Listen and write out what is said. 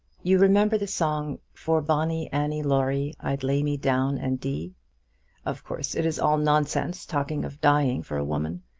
you remember the song, for bonnie annie laurie i'd lay me down and dee of course it is all nonsense talking of dying for a woman.